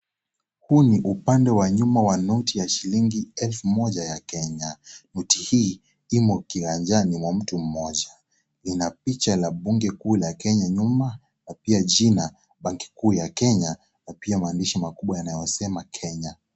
Huu ni upande wa nyuma wa noti ya shilingi elfu moja ya Kenya, noti hii imo kiganjani mwa mtu mmoja, ina picha la bunge kuu la Kenya nyuma na pia jina Banki Kuu ya Kenya na pia maandishi kubwa yanayosema Kenya.